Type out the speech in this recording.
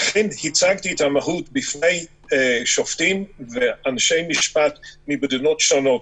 אכן הצגתי את המהות בפני שופטים ואנשי משפט ממדינות שונות.